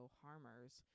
harmers